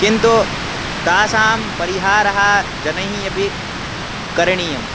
किन्तु तासां परिहारः जनैः अपि करणीयं